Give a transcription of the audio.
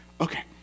Okay